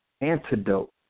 antidote